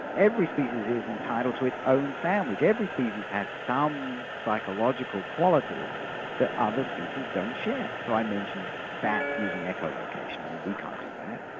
every species is entitled to its own sandwich. every species has some psychological quality that other species don't share. so i mentioned bats using echolocation and we we can't do that,